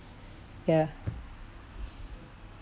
ya